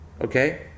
Okay